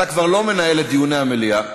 אתה כבר לא מנהל את דיוני המליאה.